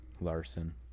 Larson